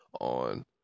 on